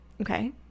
okay